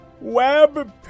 web